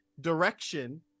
direction